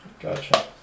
Gotcha